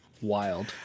Wild